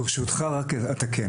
ברשותך, אני אבהיר.